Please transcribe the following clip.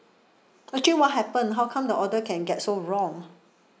actually what happened how come the order can get so wrong